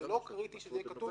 זה לא קריטי שזה לא יהיה כתוב,